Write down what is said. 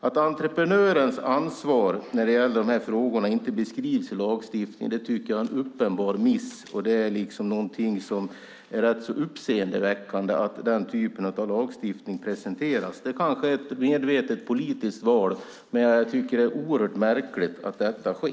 Att entreprenörens ansvar när det gäller dessa frågor inte beskrivs i lagstiftningen tycker jag är en uppenbar miss, och det är rätt så uppseendeväckande att denna typ av lagstiftning presenteras. Det kanske är ett medvetet politiskt val, men jag tycker att det är oerhört märkligt att detta sker.